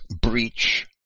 breach